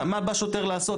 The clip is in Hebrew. מה בא השוטר לעשות?